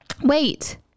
Wait